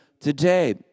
today